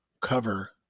cover